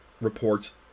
reports